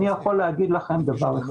אני יכול להגיד לכם דבר אחד.